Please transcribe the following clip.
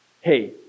Hey